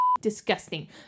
disgusting